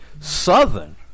Southern